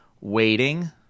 waiting